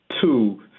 two